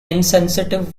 insensitive